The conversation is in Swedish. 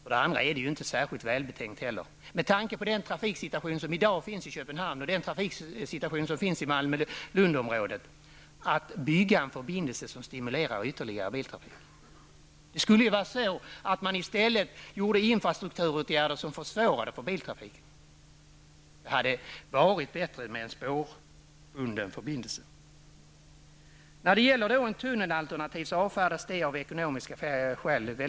Vidare är det inte heller, med tanke på dagens trafiksituation i Köpenhamn och trafiksituationen i Malmö--Lundområdet, särskilt välbetänkt att bygga en förbindelse som ytterligare stimulerar biltrafiken. Man skulle i stället vidta infrastrukturåtgärder som försvårar biltrafiken. Det hade varit bättre med en spårbunden förbindelse. Tunnelalternativet avfärdas väldigt snabbt av ekonomiska skäl.